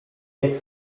mieć